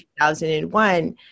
2001